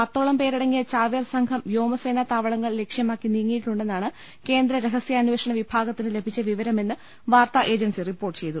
പത്തോളം പേര ടങ്ങിയ ചാവേർ സംഘം വ്യോമസേനാ താവളങ്ങൾ ലക്ഷ്യ മാക്കി നീങ്ങിയിട്ടുണ്ടെന്നാണ് കേന്ദ്ര രഹസ്യാന്ധേഷണ വിഭാ ഗത്തിന് ലഭിച്ച വിവരമെന്ന് വാർത്താ ഏജൻസി റിപ്പോർട്ട് ചെയ്യുന്നു